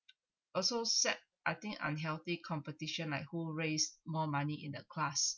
also set I think unhealthy competition like who raised more money in the class